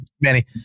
Manny